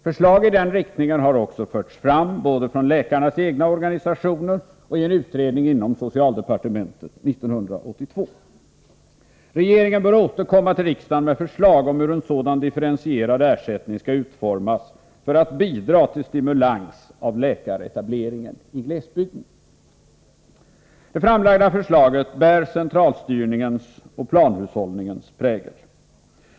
Förslag i den riktningen har också förts fram både från läkarnas egna organisationer och i en utredning inom socialdepartementet 1982. Regeringen bör återkomma till riksdagen med förslag om hur en sådan differentierad ersättning skall utformas för att bidra till stimulans av läkaretableringen i glesbygden. Det framlagda förslaget bär centralstyrningens och planhushållningens prägel.